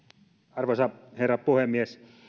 arvoisa herra puhemies